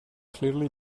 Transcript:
clearly